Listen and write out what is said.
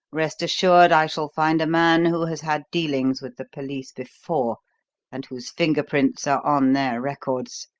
rest assured i shall find a man who has had dealings with the police before and whose finger-prints are on their records.